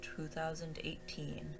2018